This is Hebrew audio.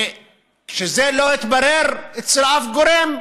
כשזה לא התברר אצל שום גורם,